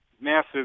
Massive